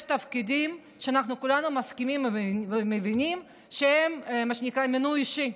יש תפקידים שכולנו מסכימים ומבינים שהם מה שנקרא מינוי אישי,